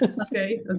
Okay